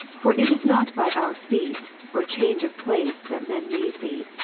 for it is not by our feet, or change of place, that men leave thee,